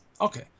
Okay